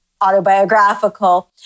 autobiographical